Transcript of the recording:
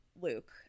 Luke